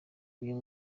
uyu